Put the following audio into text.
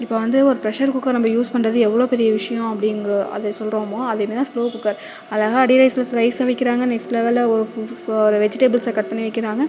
இப்போ வந்து ஒரு ப்ரஷர் குக்கர் நம்ம யூஸ் பண்ணுறது எவ்வளோ பெரிய விஷயம் அப்படிங்குறோம் அதை சொல்கிறமோ அதேமாதிரிதான் ஸ்லோ குக்கர் அழகாக அடி ரைஸஸ்லைஸ வைக்கிறாங்க நெக்ஸ்ட் லெவலில் ஒரு வெஜிடபுள்ஸை கட் பண்ணி வைக்கிறாங்க